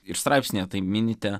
ir straipsnyje tai minite